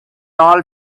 all